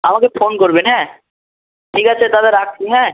আমাকে ফোন করবেন হ্যাঁ ঠিক আছে দাদা রাখছি হ্যাঁ